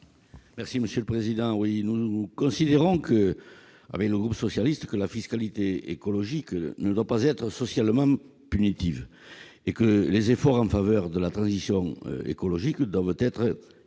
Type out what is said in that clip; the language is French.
socialiste et républicain considère que la fiscalité écologique ne doit pas être socialement punitive et que les efforts en faveur de la transition écologique doivent être